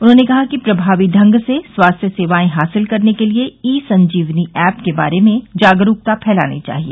उन्होंने कहा कि प्रभावशाली ढंग से स्वास्थ्य सेवाए हासिल करने के लिए ई संजीवनी ऐप के बारे में जागरूकता फैलानी चाहिए